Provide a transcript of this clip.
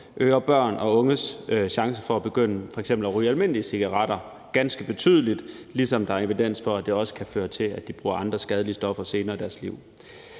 for at begynde at f.eks. ryge almindelige cigaretter ganske betydeligt, ligesom der er evidens for, at det også kan føre til, at de bruger andre skadelige stoffer senere i deres liv.